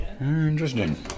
interesting